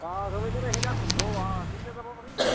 অঁ ৰবিবাৰে সেইদিনা বন্ধ অঁ সেইদিনা যাব পাৰি